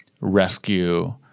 rescue